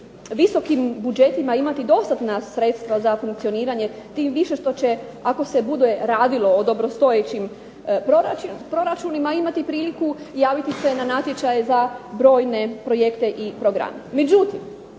visokim budžetima imati dostatna sredstva za funkcioniranje, tim više ako se bude radilo o dobrostojećim imati priliku javiti se na natječaje za brojne projekte i programe.